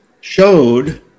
showed